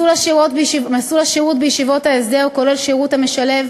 מסלול השירות בישיבות ההסדר הוא שילוב